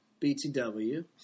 BTW